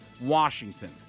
Washington